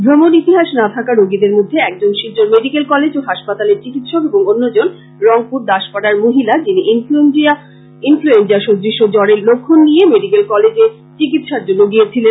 ভ্রমন ইতিহাস না থাকা রোগীদের মধ্যে একজন শিলচর মেডিকেল কলেজ ও হাসপাতালের চিকিৎসক এবং অন্যজন রংপুর দাসপাড়ার মহিলা যিনি ইনফ্রয়েঞ্জা সদৃশ জ্বরের লক্ষন নিয়ে মেডিকেল কলেজে চিকিৎসার জন্য গিয়েছিলেন